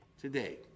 today